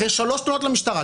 אחרי שלוש תלונות למשטרה,